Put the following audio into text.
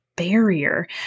barrier